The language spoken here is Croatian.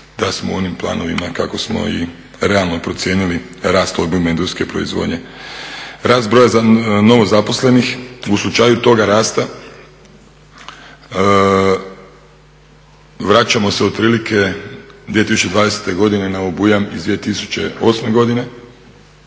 da smo u onim planovima kako smo i realno procijenili rast …/Govornik se ne razumije./… Industrijske proizvodnje. Rast broja novozaposlenih, u slučaju toga rasta vraćamo se otprilike 2020. godine na obujam iz 2008. godine,